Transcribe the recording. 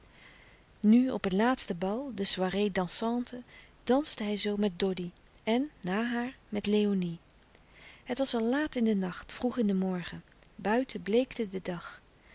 nu op het laatste bal de soirée dansante danste hij zoo met doddy en na haar met léonie het was al laat in den nacht vroeg in den morgen buiten bleekte de dag